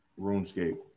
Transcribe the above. RuneScape